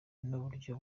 n’uburyo